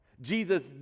Jesus